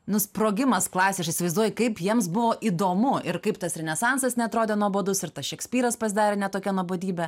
nu sprogimas klasėj aš įsivaizduoju kaip jiems buvo įdomu ir kaip tas renesansas neatrodė nuobodus ir tas šekspyras pasidarė ne tokia nuobodybė